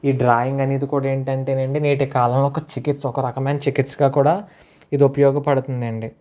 ఈ డ్రాయింగ్ అనేది కూడా ఏంటంటే అండి నేటి కాలంలో ఒక చికిత్స ఒక రకమైన చికిత్సగా కూడా ఇది ఉపయోగపడుతుందండి